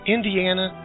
Indiana